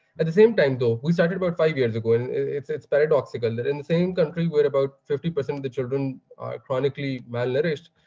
at the same time though, we started about five years ago. and it's it's paradoxical that in the same country where about fifty percent of the children are chronically malnourished,